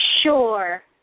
Sure